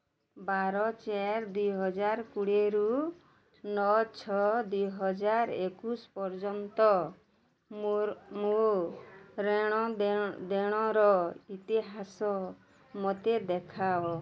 ବାର ଚାରି ଦୁଇହଜାର କୋଡ଼ିଏରୁ ନଅ ଛଅ ଦୁଇହଜାର ଏକୋଇଶ ପର୍ଯ୍ୟନ୍ତ ମୋର ମୋ ରେଣ ଦେଣ ଦେଣର ଇତିହାସ ମୋତେ ଦେଖାଅ